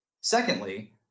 Secondly